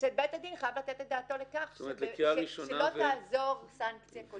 בית הדין חייב לתת את דעתו לכך שלא תעזור סנקציה קודמת.